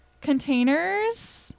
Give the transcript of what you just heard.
containers